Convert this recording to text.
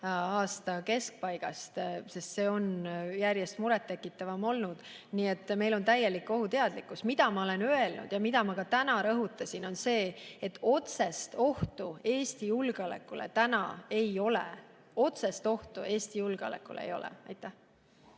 aasta keskpaigast, sest see on järjest muret tekitavam olnud. Nii et meil on täielik ohuteadlikkus. Mida ma olen öelnud ja mida ma ka täna rõhutasin, on see, et otsest ohtu Eesti julgeolekule täna ei ole. Otsest ohtu Eesti julgeolekule ei ole. Aitäh!